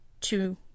two